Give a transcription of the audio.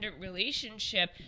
relationship